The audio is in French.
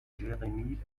jeremy